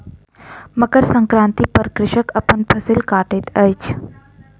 मकर संक्रांति पर कृषक अपन फसिल कटैत अछि